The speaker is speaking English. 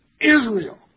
Israel